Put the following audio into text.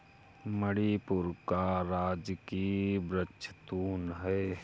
मणिपुर का राजकीय वृक्ष तून है